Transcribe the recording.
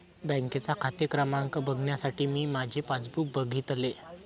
बँकेचा खाते क्रमांक बघण्यासाठी मी माझे पासबुक बघितले